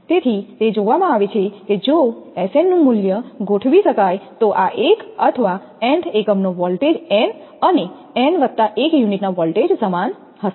તેથી તે જોવામાં આવે છે કે જો 𝑆𝑛 નું મૂલ્ય ગોઠવી શકાય તો આ એક અથવા n th એકમનો વોલ્ટેજ n અને 𝑛 1 યુનિટ ના વોલ્ટેજ સમાન હશે